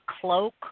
cloak